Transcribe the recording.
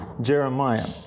Jeremiah